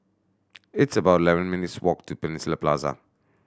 it's about eleven minutes' walk to Peninsula Plaza